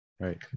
right